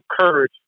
courage